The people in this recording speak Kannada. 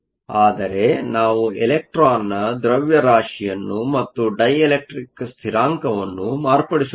ಆದರೆ ನಾವು ಎಲೆಕ್ಟ್ರಾನ್ ನ ದ್ರವ್ಯರಾಶಿಯನ್ನು ಮತ್ತು ಡೈಎಲೆಕ್ಟ್ರಿಕ್ ಸ್ಥಿರಾಂಕವನ್ನು ಮಾರ್ಪಡಿಸುತ್ತೇವೆ